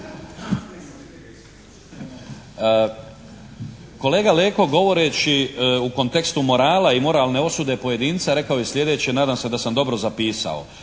Kolega Leko govoreći u kontekstu morala i moralne osude pojedinca rekao je slijedeće, nadam se da sam dobro zapisao